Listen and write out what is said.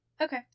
Okay